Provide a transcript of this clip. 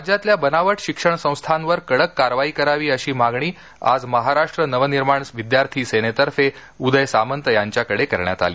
राज्यातल्या बनावट शिक्षण संस्थांवर कडक कारवाई करावी अशी मागणी आज महाराष्ट्र नवनिर्माण विद्यार्थी सेनेतर्फे उदय सामंत यांच्याकडे करण्यात आली